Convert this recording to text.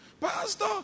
Pastor